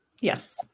Yes